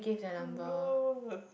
my god